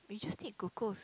we just need glucose